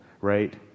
right